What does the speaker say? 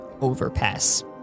overpass